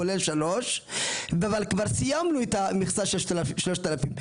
כולל שלוש וכבר סיימנו את המכסה של 3,000,